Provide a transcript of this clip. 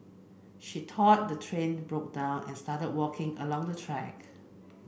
she thought the train broke down and started walking along the track